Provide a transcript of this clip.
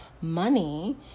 money